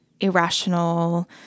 irrational